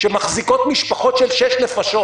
שמחזיקות משפחות של שש נפשות.